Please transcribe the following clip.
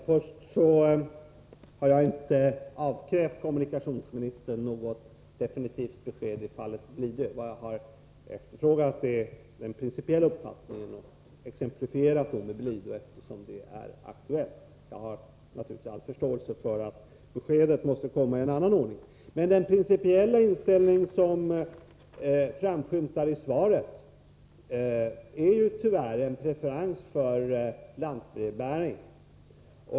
Fru talman! Jag har inte avkrävt kommunikationsministern något definitivt besked i fallet Blidö. Det jag har efterfrågat är en principiell uppfattning som jag har exemplifierat med Blidö, eftersom det är aktuellt. Jag har naturligtvis all förståelse för att beskedet måste komma i en annan ordning. Men den principiella inställning som framskymtar i svaret är tyvärr en preferens för lantbrevbäring.